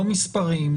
לא מספרים,